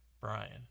Brian